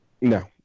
No